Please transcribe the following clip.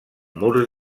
murs